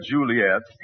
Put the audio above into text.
Juliet